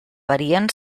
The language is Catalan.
varien